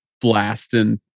blasting